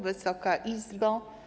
Wysoka Izbo!